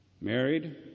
Married